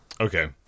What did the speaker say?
okay